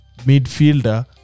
midfielder